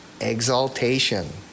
exaltation